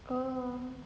oh